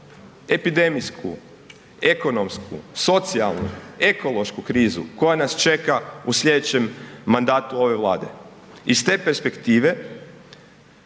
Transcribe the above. epidemijsku, ekonomsku, socijalnu, ekološku krizu koja nas čeka u slijedećem mandatu ove vlade. Iz te perspektive